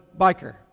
biker